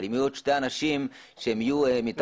אבל אם יהיו עוד שני אנשים שיהיו מטעם הסיעות.